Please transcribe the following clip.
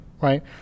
right